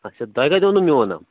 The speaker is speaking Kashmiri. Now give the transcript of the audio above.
اَچھا تۄہہِ کتہِ اوٚنوٕ میون نمبر